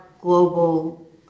global